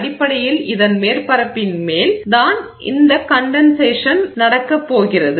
அடிப்படையில் இதன் மேற்பரப்பின் மேல் தான் இந்த கண்டென்சேஷன் நடக்கப்போகிறது